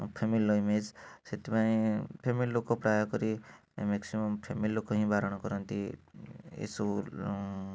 ଫ୍ୟାମିଲିର image ସେଇଥିପାଇଁ family ଲୋକ ପ୍ରାୟ କରି ମାକ୍ସିମମ୍ ଫ୍ୟାମିଲି ଲୋକ ହିଁ ବାରଣ କରନ୍ତି ଏସବୁ